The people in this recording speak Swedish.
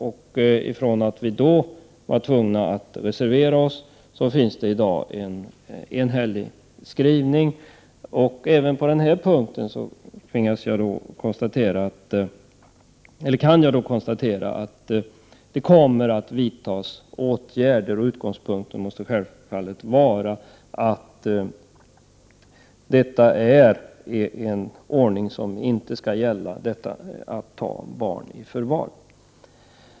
Den gången var vi tvungna att reservera oss, men i dag finns det en enhällig skrivning. Även på denna punkt kan jag konstatera att det kommer att vidtas åtgärder, varvid utgångspunkten självfallet måste vara den att man inte skall ta barn i förvar.